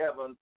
heaven